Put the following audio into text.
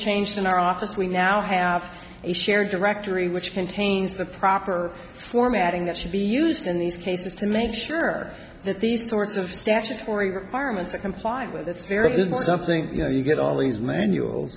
changed in our office we now have a shared directory which contains the proper formatting that should be used in these cases to make sure that these sorts of statutory requirements are complied with it's very good something you know you get all these manuals